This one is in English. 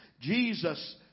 Jesus